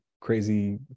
crazy